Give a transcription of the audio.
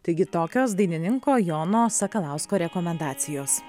taigi tokios dainininko jono sakalausko rekomendacijos